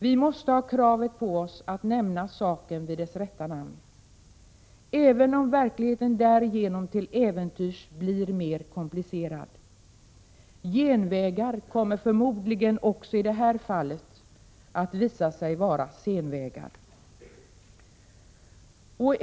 Vi måste ha kravet på oss att nämna saken vid dess rätta namn, även om verkligheten därigenom till äventyrs blir mer komplicerad. Genvägar kommer förmodligen också i det här fallet att visa sig vara senvägar.